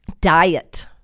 Diet